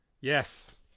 yes